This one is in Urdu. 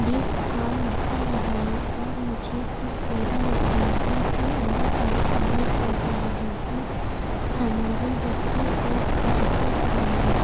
بھی کام کر رہے ہیں اور مجھے تو پورا یقین ہے کہ اگر ایسے ہی چلتا رہا تو ہمارے بچے خوب ترقی کریں گے